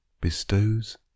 bestows